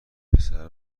پسره